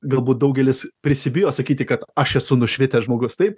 galbūt daugelis prisibijo sakyti kad aš esu nušvitęs žmogus taip